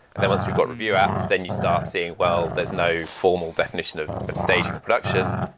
then once we've got review apps, then you start saying, well, there's no formal definition of of staging or production.